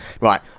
Right